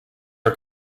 are